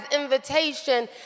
invitation